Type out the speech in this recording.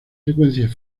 secuencias